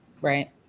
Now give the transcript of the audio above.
right